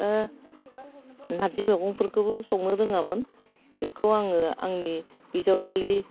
नारजि मैगंफोरखौबो संनो रोङामोन बेखौ आङो आंनि बिजावजालि